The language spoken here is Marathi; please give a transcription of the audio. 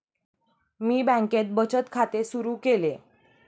मी बँकेत बचत खाते सुरु केले